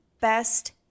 best